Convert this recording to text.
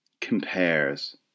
compares